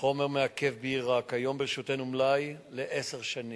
חומר מעכב בעירה, כיום ברשותנו מלאי לעשר שנים.